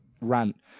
rant